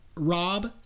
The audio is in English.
Rob